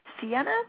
Sienna